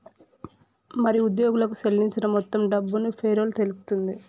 మరి ఉద్యోగులకు సేల్లించిన మొత్తం డబ్బును పేరోల్ తెలుపుతుంది